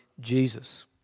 Jesus